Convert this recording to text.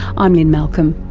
i'm lynne malcolm,